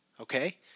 okay